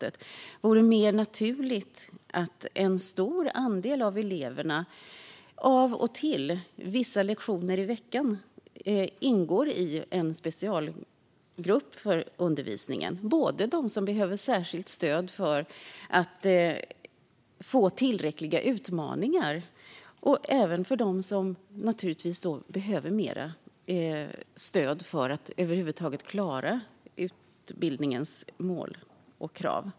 Det vore naturligt att en stor andel av eleverna av och till, vissa lektioner i veckan, ingick i en specialgrupp för undervisningen. Det kan gälla både dem som behöver särskilt stöd för att få tillräckliga utmaningar och dem som behöver mer stöd för att över huvud taget klara utbildningens mål och krav.